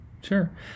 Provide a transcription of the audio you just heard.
sure